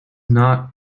not